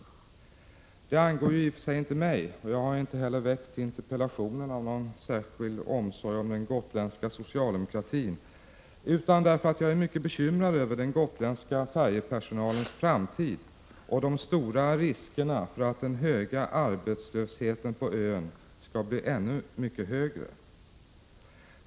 Det angår i och för sig inte mig, och jag har inte heller väckt interpellationen av någon särskild omsorg om den gotländska socialdemokratin, utan därför att jag är mycket bekymrad över den gotländska färjepersonalens framtid och den stora risken för att den höga arbetslösheten på ön skall bli ännu högre.